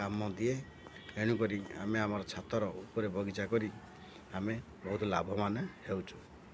କାମ ଦିଏ ଏଣୁ କରି ଆମେ ଆମର ଛାତର ଉପରେ ବଗିଚା କରି ଆମେ ବହୁତ ଲାଭବାନ ହେଉଛୁ